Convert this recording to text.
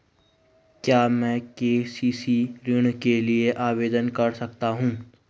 क्या मैं के.सी.सी ऋण के लिए आवेदन कर सकता हूँ?